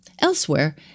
Elsewhere